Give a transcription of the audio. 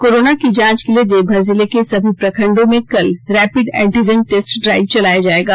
corona की जांच के लिए देवघर जिले के सभी प्रखंडो में कल रैपिड एंटीजेन टेस्ट ड्राईव चलाया जायेगा